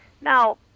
now